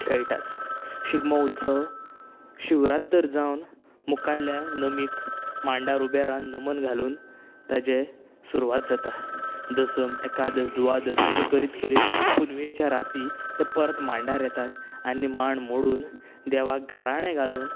खेळटात शिगमो उत्सव शिवरात्तर जावन मुखाल्ल्या नमीक मांडार उबें रावन नमन घालून ताजे सुरवात जाता दसम एकादस दुवादस अशें करीत करीत पुनवेच्या राती ते परत मांडार येतात आनी मांड मोडून देवाक गाराणें घालून